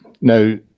Now